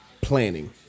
planning